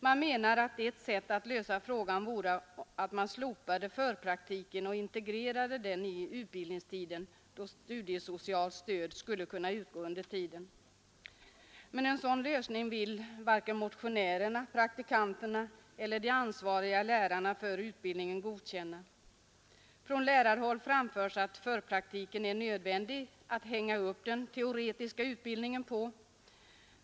Man menar att ett sätt att lösa den vore att man slopade förpraktiken och integrerade den i utbildningstiden, då studiesocialt stöd skulle kunna utgå under tiden. En sådan lösning vill varken motionärerna, praktikanterna eller de ansvariga lärarna för utbildningen godkänna. Från lärarhåll framförs att förpraktiken är nödvändig att hänga upp den teoretiska utbildningen på.